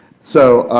so,